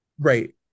Right